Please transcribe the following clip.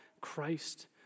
Christ